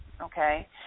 Okay